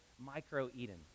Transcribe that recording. micro-Eden